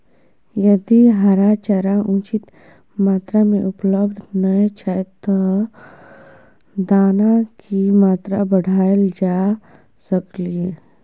यदि हरा चारा उचित मात्रा में उपलब्ध नय छै ते दाना की मात्रा बढायल जा सकलिए?